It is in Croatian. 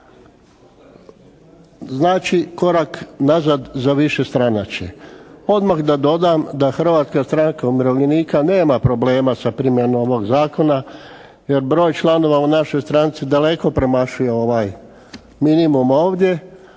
znači korak nazad za višestranačje. Odmah da dodam da Hrvatska stranka umirovljenika nema problema sa primjenom ovog zakona, jer broj članova u našoj stranci daleko premašuje ovaj minimum ovdje.